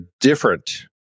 different